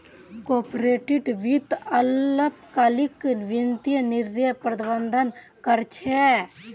corporate वित्त अल्पकालिक वित्तीय निर्णयर प्रबंधन कर छे